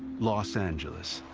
los angeles.